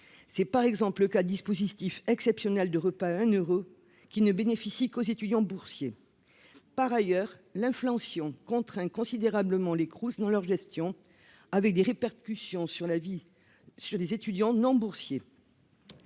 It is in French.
c'est par exemple le cas dispositif exceptionnel de repas un heure qui ne bénéficie qu'aux étudiants boursiers, par ailleurs, l'inflation, contre 1 considérablement les Crous dans leur gestion, avec des répercussions sur la vie sur des étudiants non boursiers,